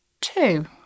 two